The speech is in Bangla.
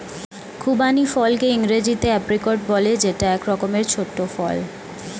খুবানি ফলকে ইংরেজিতে এপ্রিকট বলে যেটা এক রকমের ছোট্ট ফল